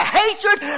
hatred